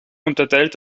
unterteilt